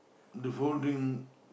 the folding